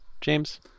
James